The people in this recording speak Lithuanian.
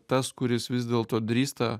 tas kuris vis dėlto drįsta